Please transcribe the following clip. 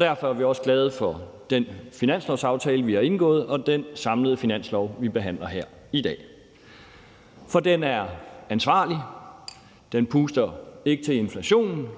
Derfor er vi også glade for den finanslovsaftale, vi har indgået, og det samlede finanslovsforslag, vi behandler her i dag. For den er ansvarlig, den puster ikke til inflationen,